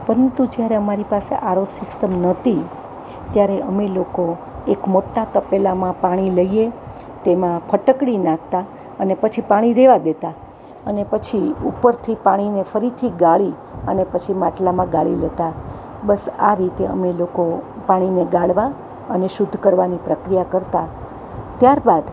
પરંતુ જ્યારે અમારી પાસે આરો સીસ્ટમ નહોતી ત્યારે અમે લોકો એક મોટા તપેલામાં પાણી લઈએ તેમાં ફટકડી નાખતાં અને પછી પાણી રહેવા દેતાં અને પછી ઉપરથી પાણીને ફરીથી ગાળી અને પછી માટલામાં ગાળી લેતા બસ આ રીતે અમે લોકો પાણીને ગાળવા અને શુદ્ધ કરવાની પ્રક્રિયા કરતાં ત્યાર બાદ